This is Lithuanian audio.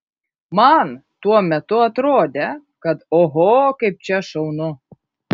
man tuo metu atrodė kad oho kaip čia šaunu